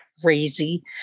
crazy